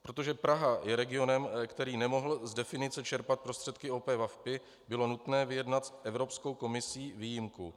Protože Praha je regionem, který nemohl z definice čerpat prostředky OP VaVpI, bylo nutné vyjednat s Evropskou komisí výjimku.